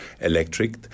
electric